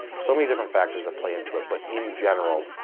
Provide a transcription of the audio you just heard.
so many different factors that play into it, but in general,